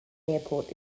airport